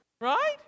Right